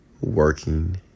working